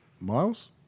Miles